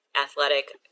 athletic